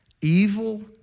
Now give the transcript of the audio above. evil